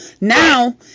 Now